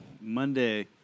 Monday